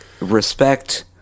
respect